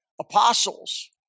apostles